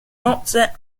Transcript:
nozze